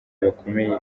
bakomeye